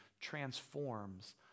transforms